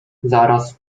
zaraz